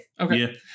Okay